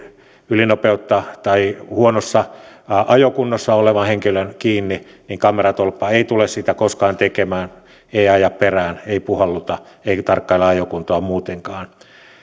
ylinopeutta ajaneen tai huonossa ajokunnossa olevan henkilön kiinni niin kameratolppa ei tule sitä koskaan tekemään ei aja perään ei puhalluta eikä tarkkaile ajokuntoa muutenkaan